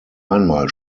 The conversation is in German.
einmal